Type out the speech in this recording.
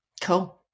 Cool